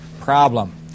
problem